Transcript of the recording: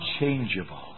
Unchangeable